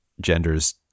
genders